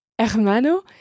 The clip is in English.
hermano